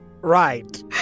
Right